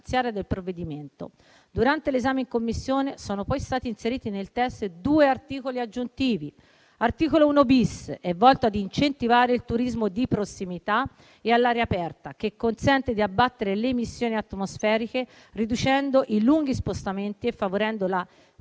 Durante l'esame in Commissione sono poi stati inseriti nel testo due articoli aggiuntivi. L'articolo 1-*bis* è volto ad incentivare il turismo di prossimità e all'aria aperta, che consente di abbattere le emissioni atmosferiche riducendo i lunghi spostamenti e favorendo la preservazione